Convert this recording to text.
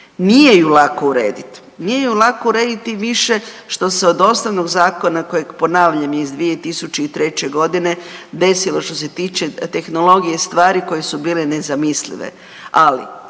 Nije ju lako urediti. Nije ju lako urediti tim više što se od osnovnog zakona kojeg ponavljam je iz 2003. godine desilo što se tiče tehnologije stvari koje su bile nezamislive.